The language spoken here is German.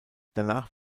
danach